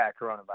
coronavirus